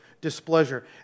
displeasure